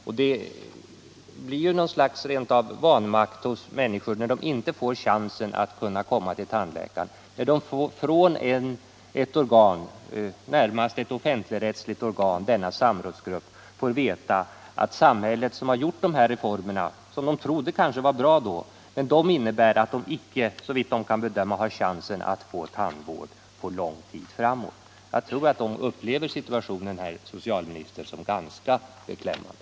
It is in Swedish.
När de inte får en chans att komma till tandläkare känner de rent av ett slags vanmakt. särskilt som de från ett närmast offentlig-rättsligt organ, alltså denna samrådsgrupp, får veta att samhället - som har genomfört tandvårdsreformen som man då kanske trodde var bra — såvitt man nu kan bedöma inte kan erbjuda dem tandvård under överskådlig tid. | Jag tror, herr socialminister, att de människorna upplever situationen som ganska beklämmande.